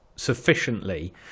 Sufficiently